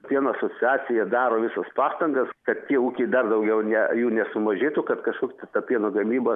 pieno asociacija daro visas pastangas kad tie ūkiai dar daugiau ne jų nesumažėtų kad kažkokia ta pieno gamyba